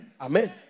Amen